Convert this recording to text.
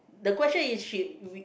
the question is she we